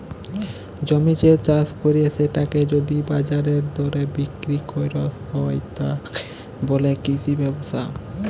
জমিতে চাস কইরে সেটাকে যদি বাজারের দরে বিক্রি কইর হয়, তাকে বলে কৃষি ব্যবসা